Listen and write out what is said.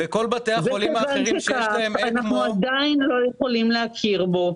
כיוון שכך אנחנו עדיין לא יכולים להכיר בו,